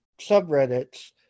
subreddits